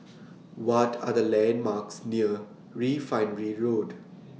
What Are The landmarks near Refinery Road